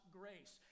grace